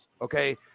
okay